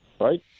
right